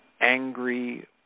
angry